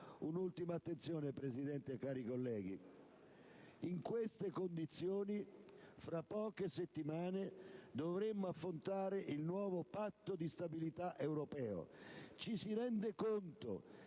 Un'ultima osservazione, signor Presidente, cari colleghi: in queste condizioni, fra poche settimane dovremo affrontare il nuovo Patto di stabilità europeo. Ci si rende conto